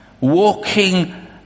Walking